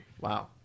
Wow